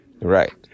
Right